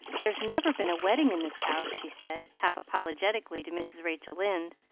there's never been a wedding in this house, she said, half apologetically, to mrs. rachel lynde.